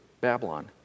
Babylon